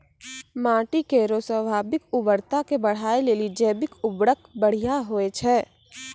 माटी केरो स्वाभाविक उर्वरता के बढ़ाय लेलि जैविक उर्वरक बढ़िया होय छै